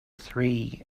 three